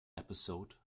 episode